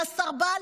על הסרבל,